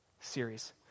series